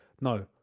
No